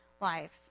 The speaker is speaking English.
life